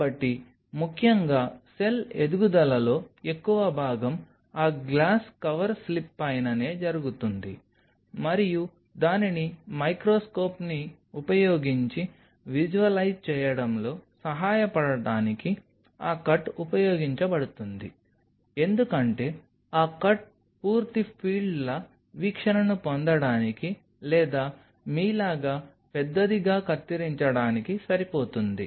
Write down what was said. కాబట్టి ముఖ్యంగా సెల్ ఎదుగుదలలో ఎక్కువ భాగం ఆ గ్లాస్ కవర్ స్లిప్ పైననే జరుగుతుంది మరియు దానిని మైక్రోస్కోప్ని ఉపయోగించి విజువలైజ్ చేయడంలో సహాయపడటానికి ఆ కట్ ఉపయోగించబడుతుంది ఎందుకంటే ఆ కట్ పూర్తి ఫీల్డ్ల వీక్షణను పొందడానికి లేదా మీలాగా పెద్దదిగా కత్తిరించడానికి సరిపోతుంది